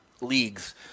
leagues